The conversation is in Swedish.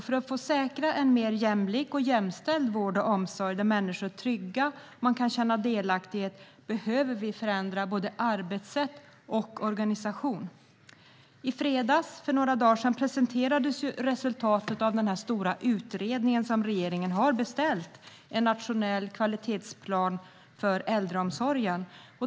För att säkra en mer jämlik och jämställd vård och omsorg där människor är trygga och känner delaktighet behöver vi förändra både arbetssätt och organisation. I fredags presenterades resultatet av den stora utredningen som regeringen har beställt med förslag till en nationell kvalitetsplan för äldreomsorgen.